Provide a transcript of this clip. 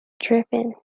dripping